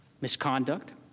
misconduct